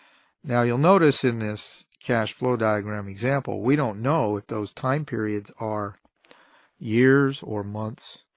now you'll notice in this cash flow diagram example we don't know if those time periods are years, or months,